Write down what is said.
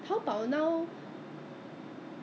二十八天而已 !wah! so you so 你真的是